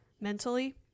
mentally